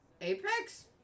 Apex